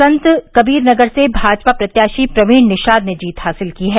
संत कवीर नगर से भाजपा प्रत्याशी प्रवीण निषाद ने जीत हासिल की है